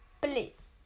please